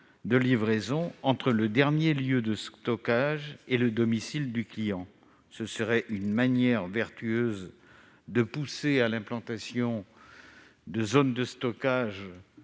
de livraison entre le dernier lieu de stockage et le domicile du client. Ce serait une manière vertueuse de favoriser l'implantation de zones de stockage